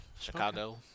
Chicago